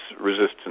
resistance